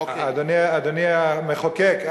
אדוני המחוקק,